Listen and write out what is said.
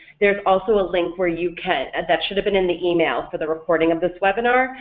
there's also link where you can that should have been in the email for the recording of this webinar,